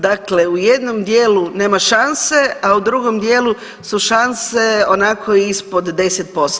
Dakle, u jednom dijelu nema šanse, a u drugom dijelu su šanse onako ispod 10%